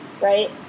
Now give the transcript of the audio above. right